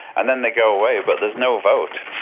and then they go away, but there's no vote.